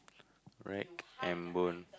rack and bone